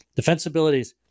defensibilities